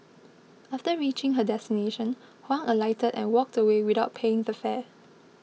after reaching her destination Huang alighted and walked away without paying the fare